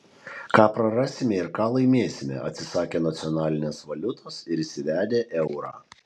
ką prarasime ir ką laimėsime atsisakę nacionalinės valiutos ir įsivedę eurą